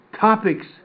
topics